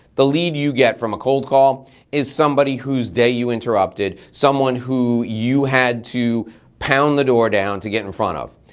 the lead you get from a cold call is somebody whose day you interrupted, someone who you had to pound the door down to get in front of.